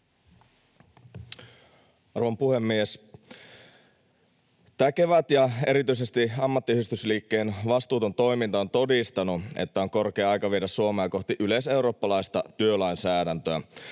Arvon puhemies! Tämä kevät ja erityisesti ammattiyhdistysliikkeen vastuuton toiminta on todistanut, että on korkea aika viedä Suomea kohti yleiseurooppalaista työlainsäädäntöä.